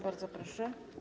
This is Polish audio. Bardzo proszę.